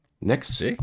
Next